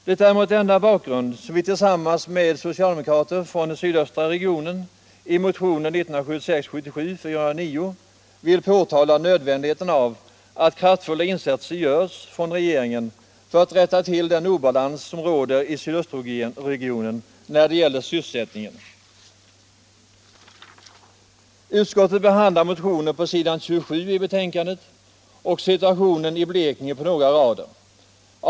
Det är mot denna bakgrund som vi tillsammans med socialdemokrater från den sydöstra regionen i motionen 409 vill peka på nödvändigheten av att kraftfulla insatser görs av regeringen för att rätta till den obalans som råder i sydostregionen när det gäller sysselsättningen. Utskottet behandlar motionen på s. 27 i betänkandet, och man berör därvid situationen i Blekinge på några rader.